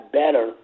better